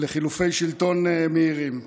לחילופי שלטון מהירים.